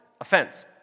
offense